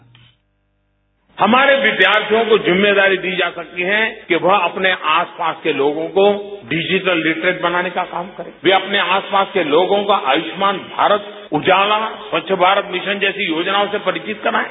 bite हमारे विद्यार्थियों को जिम्मेदारी दी जा सकती है कि वह अपने आस पास के लोगों को डिजिटललिटरेट बनाने का काम वो अपने आस पास के लोगों को आयुष्मान भारत उजाला स्वच्छ भारत मिशन जैसी योजनाऑसे परिचित कराएं